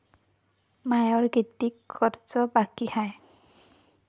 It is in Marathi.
मायावर कितीक कर्ज बाकी हाय?